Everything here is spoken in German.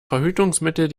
verhütungsmittel